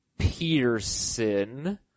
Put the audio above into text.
Peterson